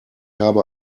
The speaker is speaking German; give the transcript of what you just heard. habe